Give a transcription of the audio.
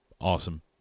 Awesome